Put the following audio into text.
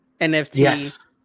NFT